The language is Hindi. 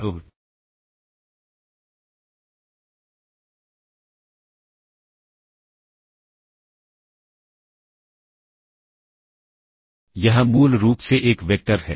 तो यह मूल रूप से एक वेक्टर है